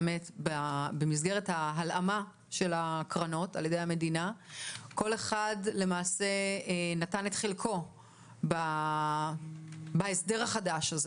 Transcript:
במסגרת הלאמת הקרנות על ידי המדינה כל אחד נתן את חלקו בהסדר החדש.